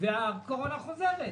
והקורונה חוזרת.